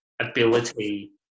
ability